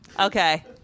Okay